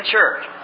church